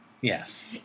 Yes